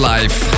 Life